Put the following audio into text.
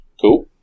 Cool